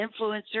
influencer